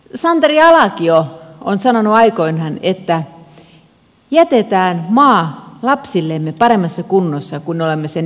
santeri alkio on sanonut aikoinaan että jätetään maa lapsillemme paremmassa kunnossa kuin olemme sen itse saaneet